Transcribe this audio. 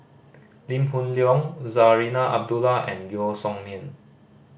Lee Hoon Leong Zarinah Abdullah and Yeo Song Nian